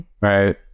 right